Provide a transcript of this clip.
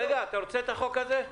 רגע, אתה רוצה את החוק הזה?